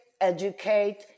educate